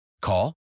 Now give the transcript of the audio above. Call